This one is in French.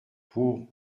pour